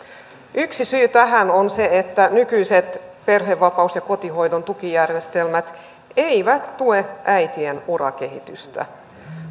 yksi syy tähän on se että nykyiset perhevapaa ja kotihoidon tukijärjestelmät eivät tue äitien urakehitystä